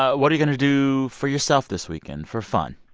what are you going to do for yourself this weekend for fun?